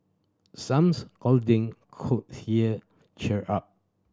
some cuddling could hear cheer up